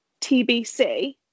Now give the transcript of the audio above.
TBC